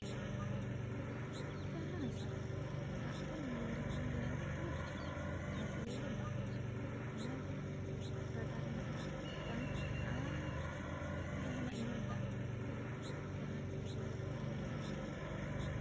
ᱟᱨ ᱡᱟᱦᱟᱸ ᱦᱟᱥᱟ ᱨᱮᱱᱟᱜ ᱜᱮ ᱫᱟᱜ ᱫᱚ ᱧᱩ ᱞᱮᱠᱷᱟᱱ ᱜᱮ ᱵᱩᱡᱷᱟᱹᱜᱼᱟ ᱤᱱᱠᱟᱹ ᱛᱮᱫᱚ ᱵᱟᱝ ᱵᱩᱡᱷᱟᱹᱜᱼᱟ ᱢᱟᱱᱮ ᱜᱮ ᱜᱟᱰᱟ ᱨᱮᱱᱟᱜ ᱫᱟᱜ ᱛᱟᱝ ᱟᱨ ᱡᱟᱦᱟᱱᱟᱜ ᱧᱩ ᱫᱟᱜ ᱥᱮ ᱡᱟᱦᱟᱸ ᱫᱤᱠᱩ ᱛᱮᱫᱚ ᱯᱟᱱᱤᱭᱚ ᱡᱚᱞ ᱵᱚᱱ ᱞᱟᱹᱭᱟ